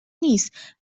نیست